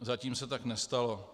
Zatím se tak nestalo.